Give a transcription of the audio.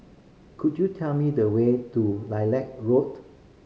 could you tell me the way to Lilac Road